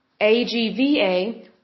AGVA